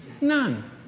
None